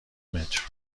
متر